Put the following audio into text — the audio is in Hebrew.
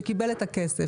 שקיבל את הכסף.